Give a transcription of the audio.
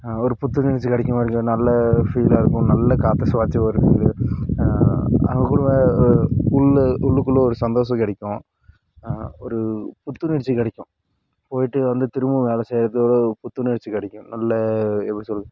ஒரு புத்துணர்ச்சி கிடைக்கும் அங்கே நல்ல ஃபீலாக இருக்கும் நல்ல காற்ற சுவாசிக்கிற அவங்கக்குள்ளே குள்ளே உள்ளுக்குள்ளே ஒரு சந்தோஷம் கிடைக்கும் ஒரு புத்துணர்ச்சி கிடைக்கும் போய்விட்டு வந்து திரும்பவும் வேலை செய்யறது ஒரு புத்துணர்ச்சி கிடைக்கும் நல்ல எப்படி சொல்லுறது